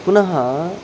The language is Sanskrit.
पुनः